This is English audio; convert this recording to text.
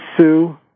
Sue